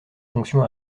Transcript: fonctions